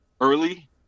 early